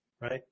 right